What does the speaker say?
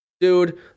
Dude